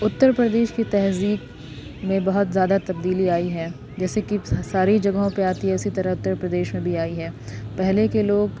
اتر پردیش کی تہذیب میں بہت زیادہ تبدیلی آئی ہے جیسے کہ ساری جگہوں پہ آتی ہے اسی طرح اتر پردیش میں بھی آئی ہے پہلے کے لوگ